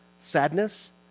sadness